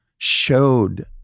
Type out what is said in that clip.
showed